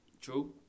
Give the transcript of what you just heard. True